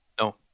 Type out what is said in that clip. No